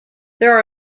there